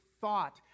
thought